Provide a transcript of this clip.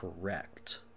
correct